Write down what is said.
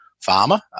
farmer